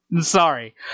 Sorry